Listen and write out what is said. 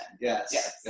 Yes